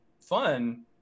fun